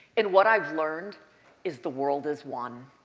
and what i've learned is the world is one.